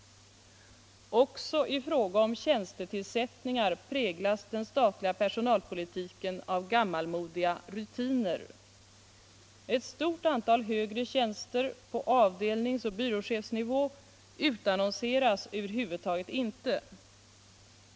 Också i fråga om tjänstetillsättnigar präglas den statliga personalpolitiken av gammalmodiga rutiner. Ett stort antal högre tjänster på avdelningsoch byråchefsnivå utannonseras över huvud taget inte.